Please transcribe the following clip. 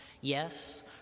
yes